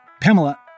Pamela